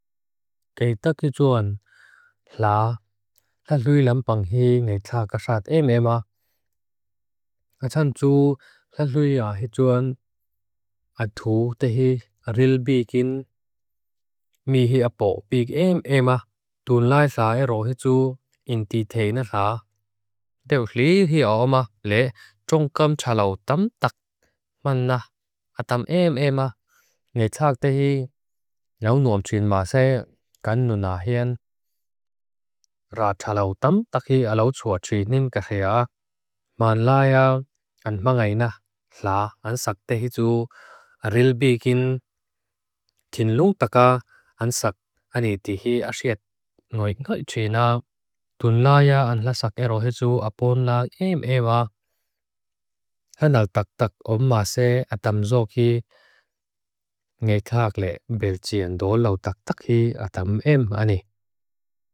Kei takijuan pla lalui lam panghi ngay tsagkasat em ema. Achan ju lalui ahijuan atu tehi rilbikin. Mihi apo bik em ema tunlai sae rohiju indite na thaa. Deukli hi oma le jongam tsalaw tam tak man na atam em ema ngay tsag tehi. Niaunuamchin maase kan nunahian. Ra tsalaw tam takhi alau tsua chihnin kahia. Man laa ya anma ngay na thaa an tsag tehi ju arilbikin. Tinlung taka an tsag anitihi asiat. Ngoik ngay china tunlaa ya an laa sag e rohiju apon laa em ema. Hanal tak tak om maase atam zoki. Ngay khaak le bel chiyan do lau tak tak hi atam ema ni.